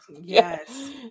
Yes